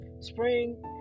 spring